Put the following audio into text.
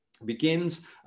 begins